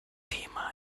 thema